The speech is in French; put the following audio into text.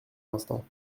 instant